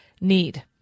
need